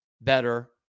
better